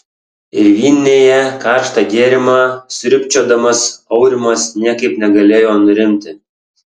ir vyninėje karštą gėrimą sriubčiodamas aurimas niekaip negalėjo nurimti